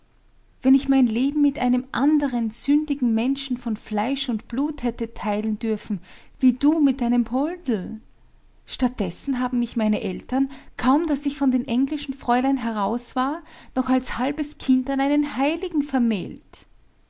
wenn ich mein leben mit einem anderen sündigen menschen von fleisch und blut hätte teilen dürfen wie du mit deinem poldl statt dessen haben mich meine eltern kaum daß ich von dem englischen fräulein heraus war noch als halbes kind an einen heiligen vermählt